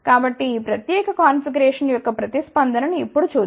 కాబట్టి ఈ ప్రత్యేక కాన్ఫిగరేషన్ యొక్క ప్రతిస్పందన ను ఇప్పుడు చూద్దాం